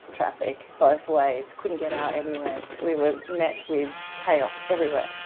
traffic both ways. couldn't get out anywhere, we were met with chaos everywhere.